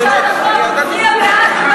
תפסיקי לצרוח.